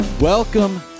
Welcome